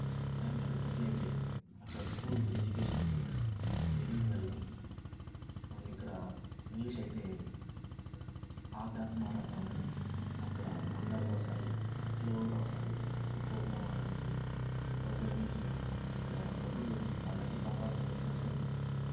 family అక్కడ settle అయితే అక్కడ స్కూల్స్ ఎడ్యుకేషన్స్ వెరీ వెల్ మనం ఇక్కడ ఇంగ్లీష్ అయితే ఆపి ఆపి మాట్లాడుతాము కాని అక్కడ వండర్గా వస్తుంది ఫ్లోగా వస్తుంది సూపర్బ్గా మాట్లాడవచ్చు సూపర్బ్గా ఇంగ్లీష్ ఇక్కడ అప్పుడప్పుడు పండగలకు పబ్బాలు కని వచ్చినప్పుడు